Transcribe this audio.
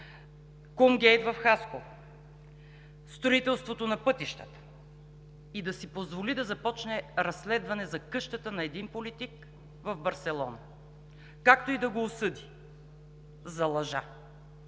„кумгейт“ в Хасково; строителството на пътищата, да си позволи да започне разследване за къщата на един политик в Барселона, както и да го осъди за лъжа.